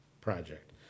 project